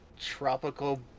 tropical